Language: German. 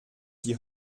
die